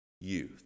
youth